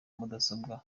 mudasobwa